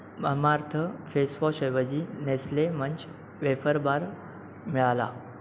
ममामार्थ फेसवॉशऐवजी Nestle Munch wafer bar मिळाला